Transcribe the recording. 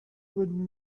would